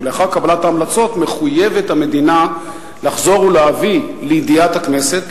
ולאחר קבלת ההמלצות המדינה מחויבת לחזור ולהביא לידיעת הכנסת,